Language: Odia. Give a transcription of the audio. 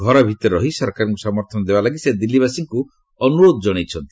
ଘର ଭିତରେ ରହି ସରକାରଙ୍କୁ ସମର୍ଥନ ଦେବାଲାଗି ସେ ଦିଲ୍ଲୀବାସୀଙ୍କୁ ଅନୁରୋଧ ଜଣାଇଛନ୍ତି